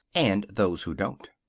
and those who don't.